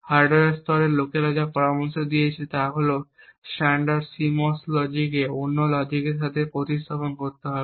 hardware স্তরে লোকেরা যা পরামর্শ দিয়েছে তা হল স্ট্যান্ডার্ড CMOS লজিককে অন্যান্য লজিকের সাথে প্রতিস্থাপিত করা হবে